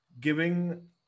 giving